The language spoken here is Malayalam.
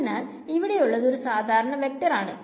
അതിനാൽ ഇവിടെ ഉള്ളത് ഒരു സാധാരണ വെക്ടർ ആണ്